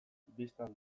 bistan